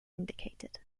indicated